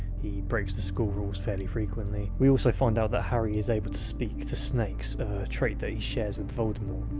he breaks the school rules fairly frequently. we also find out that harry is able to speak to snakes, a trait that he shares with voldemort.